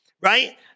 right